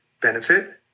benefit